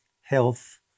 health